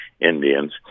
Indians